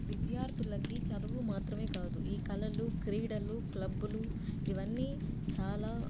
విద్యార్థులకు చదువు మాత్రమే కాదు ఈ కళలు క్రీడలు క్లబ్బులు ఇవన్నీ చాలా